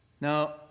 Now